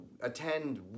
attend